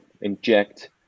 inject